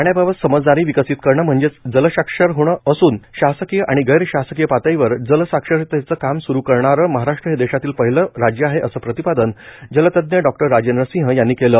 पाण्याबाबत समजदारी विकसित करणे म्हणजेच जलसाक्षर होणे असून शासकीय आणि गैर शासकीय पातळीवर जलसाक्षरतेवर काम स्रु करणारे महाराष्ट्र हे देशातील पहिले राज्य आहे असे प्रतिपादन जलतज्ञ डॉक्टर राजेंद्र सिंह यांनी केले